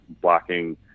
blocking